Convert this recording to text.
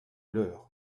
l’heure